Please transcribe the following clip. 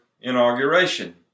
inauguration